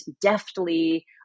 deftly